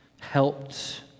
helped